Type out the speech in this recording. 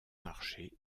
marché